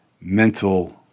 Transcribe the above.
mental